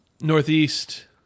Northeast